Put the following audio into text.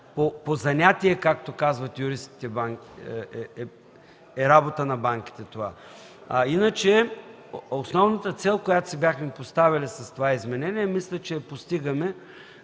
По занятие, както казват юристите, това е работа на банките. А иначе основната цел, която си бяхме поставили с това изменение, мисля, че я постигаме